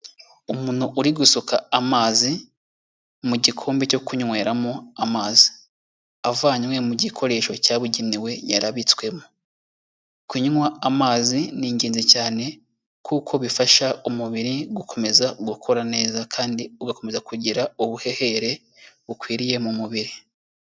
Umuntu uri gusuka amazi mu gikombe cyo kunyweramo amazi, avanywe mu gikoresho cyabugenewe yarabitswemo, kunywa amazi n'igenzi cyane kuko bifasha umubiri gukomeza kumera neza kandi ugakomeza kugira ubuhehere bukwiriye mu mubiri.